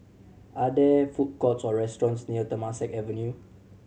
are there food courts or restaurants near Temasek Avenue